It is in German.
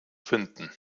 finden